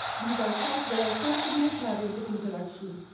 these are self, there are self-similar patterns of interaction,